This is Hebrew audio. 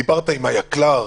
דיברת עם היקל"ר?